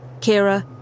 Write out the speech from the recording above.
Kira